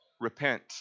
repent